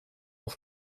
aus